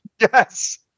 Yes